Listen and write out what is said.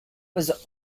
was